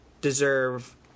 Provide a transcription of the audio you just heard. deserve